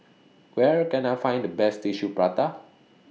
Where Can I Find The Best Tissue Prata